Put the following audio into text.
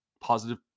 positive